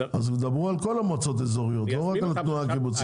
דברו על כל המועצות האזוריות ולא רק על התנועה הקיבוצית.